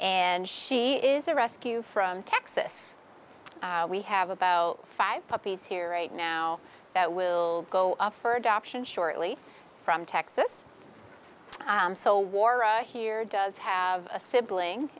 and she is a rescue from texas we have about five puppies here right now that will go up for adoption shortly from texas so wore here does have a sibling